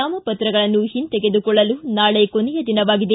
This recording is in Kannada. ನಾಮಪ್ರಗಳನ್ನು ಹಿಂತೆಗೆದುಕೊಳ್ಳಲು ನಾಳೆ ಕೊನೆಯ ದಿನವಾಗಿದೆ